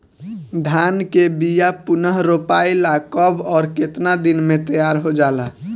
धान के बिया पुनः रोपाई ला कब और केतना दिन में तैयार होजाला?